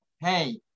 Hey